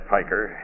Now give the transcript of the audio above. Piker